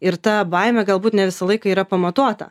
ir ta baimė galbūt ne visą laiką yra pamatuota